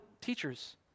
teachers